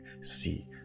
see